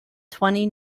twenty